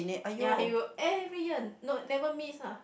ya he will every year no never miss ah